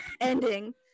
Ending